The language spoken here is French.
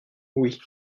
oui